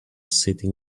sitting